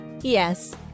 Yes